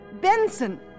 Benson